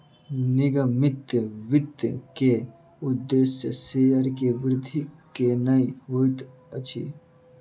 निगमित वित्त के उदेश्य शेयर के वृद्धि केनै होइत अछि